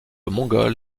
mongole